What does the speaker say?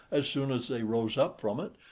as soon as they rose up from it,